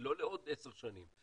לא לעוד עשר שנים.